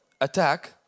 attack